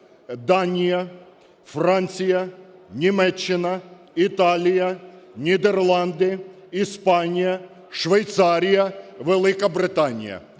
Данія, Франція, Німеччина, Італія, Нідерланди, Іспанія, Швейцарія, Велика Британія.